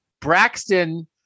Braxton